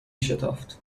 شتافت